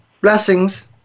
Blessings